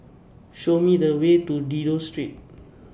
Show Me The Way to Dido Street